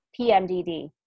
PMDD